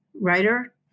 writer